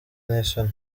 n’isoni